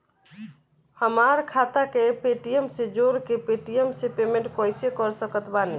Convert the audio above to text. हमार खाता के पेटीएम से जोड़ के पेटीएम से पेमेंट कइसे कर सकत बानी?